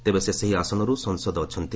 ତେବେ ସେ ସେହି ଆସନରୁ ସାଂସଦ ଅଛନ୍ତି